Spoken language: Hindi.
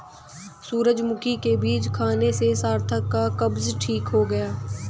सूरजमुखी के बीज खाने से सार्थक का कब्ज ठीक हो गया